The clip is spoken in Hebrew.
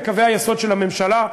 בקווי היסוד של הממשלה,